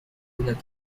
nothing